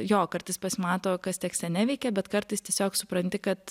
jo kartais pasimato kas tekste neveikia bet kartais tiesiog supranti kad